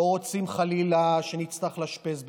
לא רוצים שחלילה נצטרך לאשפז בכפייה,